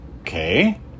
okay